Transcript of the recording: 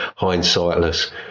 Hindsightless